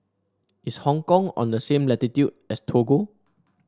is Hong Kong on the same latitude as Togo